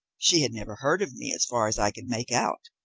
she had never heard of me, as far as i could make out.